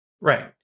right